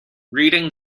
reading